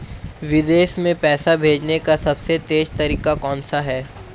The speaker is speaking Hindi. विदेश में पैसा भेजने का सबसे तेज़ तरीका कौनसा है?